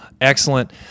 excellent